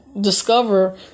discover